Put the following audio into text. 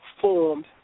formed